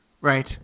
Right